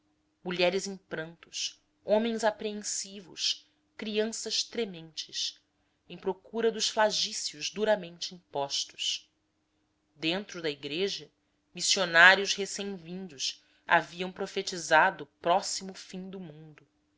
mulheres em prantos homens apreensivos crianças trementes em procura dos flagícios duramente impostos dentro da igreja missionários recém vindos haviam profetizado próximo fim do mundo